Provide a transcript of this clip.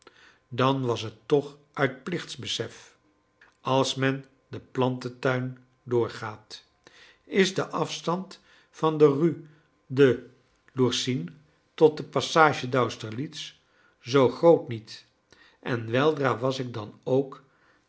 dan was het toch uit plichtbesef als men den plantentuin doorgaat is de afstand van de rue de lourcine tot de passage d'austerlitz zoo groot niet en weldra was ik dan ook